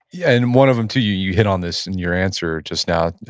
yeah and one of them, too, you you hit on this in your answer just now,